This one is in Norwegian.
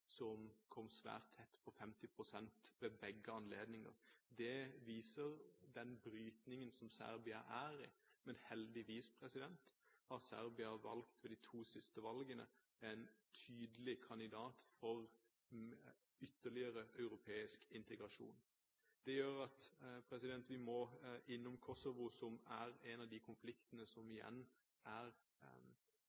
som kom svært tett på 50 pst. ved begge anledninger. Det viser den brytningen som Serbia er i, men heldigvis har Serbia ved de to siste valgene valgt en tydelig kandidat for ytterligere europeisk integrasjon. Det gjør at vi må innom Kosovo, som er et av de konfliktområdene som